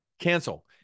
cancel